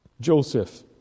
Joseph